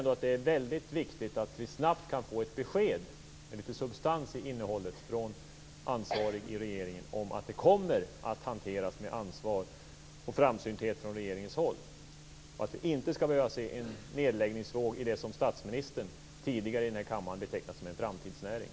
Det är väldigt viktigt att vi snabbt kan få ett besked med lite substans från ansvarig i regeringen om att frågan kommer att hanteras med ansvar och framsynthet från regeringens håll och att vi inte skall behöva se en nedläggningsvåg i det som statsministern tidigare i denna kammare betecknat som en framtidsnäring.